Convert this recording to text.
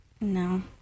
No